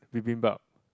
bibimbap